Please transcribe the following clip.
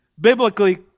Biblically